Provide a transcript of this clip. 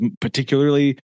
particularly